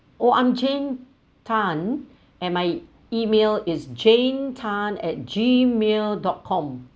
oh I'm jane Tan and my email is jane Tan at gmail dot com